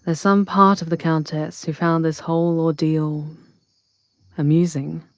ah some part of the countess who found this whole ordeal amusing.